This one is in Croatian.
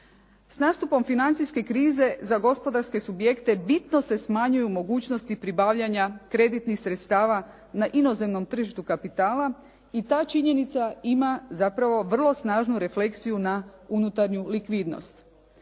S nastupom financijske krize za gospodarske subjekte bitno se smanjuju mogućnosti pribavljanja kreditnih sredstava na inozemnom tržištu kapitala i ta činjenica ima zapravo vrlo snažnu refleksiju na unutarnju likvidnost.